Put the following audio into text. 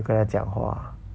没有跟他讲话